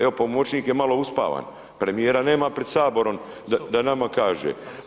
Evo pomoćnik je malo uspavan, premijera nema pred Saborom da nama kaže.